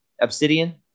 Obsidian